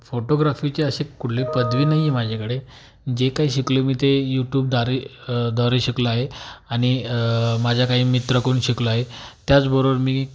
फोटोग्राफीची अशी कुठली पदवी नाही आहे माझ्याकडे जे काही शिकलो आहे मी ते यू टूबद्वारे द्वारे शिकलो आहे आणि माझ्या काही मित्रांकडून शिकलो आहे त्याचबरोबर मी